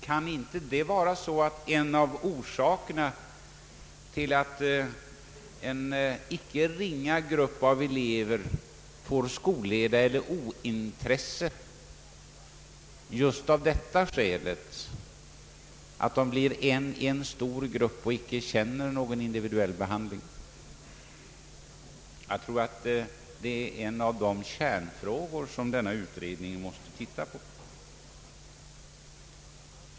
Kan det inte vara så att en icke ringa grupp av elever får skolleda eller ointresse just av det skälet att de blir en enda stor grupp och icke känner någon individuell behandling? Jag tror att detta är några av de kärnfrågor som utredningen måste titta på.